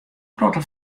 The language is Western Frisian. protte